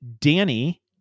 Danny